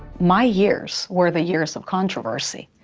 my years were the years of controversy,